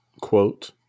quote